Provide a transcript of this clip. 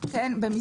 אורן,